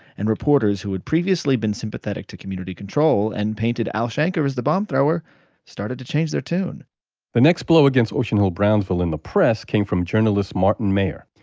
and reporters who had previously been sympathetic to community control and painted al shanker as the bomb-thrower started to change their tune the next blow against ocean hill-brownsville in the press came from journalist martin mayer.